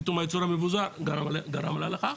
פתאום הייצור המבוזר גרם לה לכך.